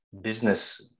business